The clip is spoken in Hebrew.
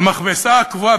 המכבסה הקבועה.